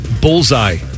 Bullseye